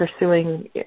pursuing